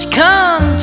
come